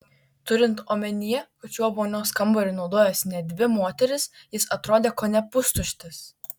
turint omenyje kad šiuo vonios kambariu naudojosi net dvi moterys jis atrodė kone pustuštis